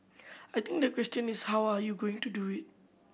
I think the question is how are you going to do it